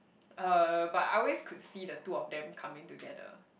uh but I always could see the two of them coming together